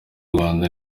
rwanda